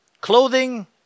clothing